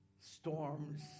storms